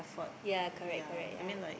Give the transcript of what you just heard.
ya correct correct ya